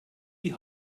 die